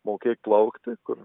mokėk plaukti kur